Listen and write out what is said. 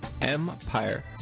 Empire